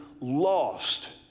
lost